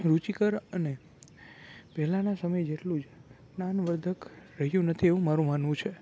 રૂચિકર અને પહેલાના સમય જેટલું જ્ઞાનવર્ધક રહ્યું નથી એવું મારું માનવું છે